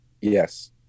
Yes